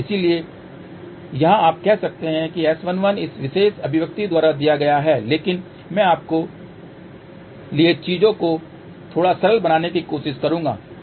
इसलिए यहां आप कह सकते हैं कि S11 इस विशेष अभिव्यक्ति द्वारा दिया गया है लेकिन मैं आपके लिए चीजों को थोड़ा सरल बनाने की कोशिश करूंगा